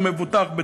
הוא מבוטח בתוכה.